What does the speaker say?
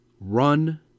run